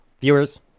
viewers